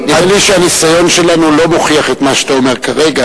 נראה לי שהניסיון שלנו לא מוכיח את מה שאתה אומר כרגע.